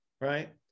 Right